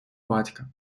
батька